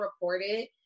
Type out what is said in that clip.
reported